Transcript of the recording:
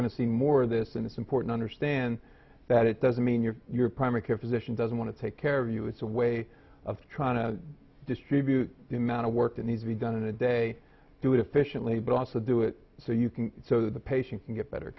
to see more of this in this important understand that it doesn't mean you're your primary care physician doesn't want to take care of you it's a way of trying to distribute the amount of work that needs to be done in the day to efficiently but also do it so you can so the patient can get better